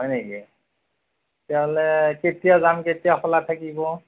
হয় নেকি তেতিয়াহ'লে কেতিয়া যাম কেতিয়া খোলা থাকিব